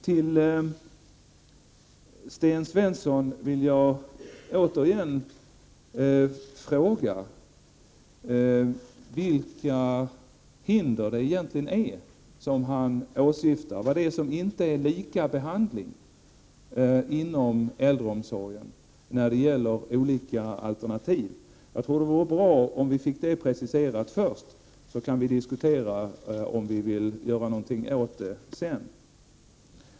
Till Sten Svensson skulle jag återigen vilja ställa frågan vilka hinder han egentligen 'åsyftar. Vad är det som inte medför lika behandling inom äldreomsorgen när det gäller olika alternativ? Det vore bra om vi fick det preciserat först, så att vi sedan kunde diskutera om vi vill göra någonting åt det.